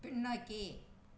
பின்னோக்கி